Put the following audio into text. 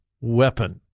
weapon